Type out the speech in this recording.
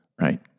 right